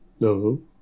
No